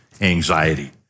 anxiety